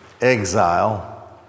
exile